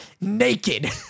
naked